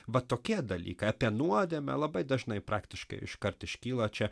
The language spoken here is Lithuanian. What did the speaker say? va tokie dalykai apie nuodėmę labai dažnai praktiškai iškart iškyla čia